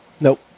Nope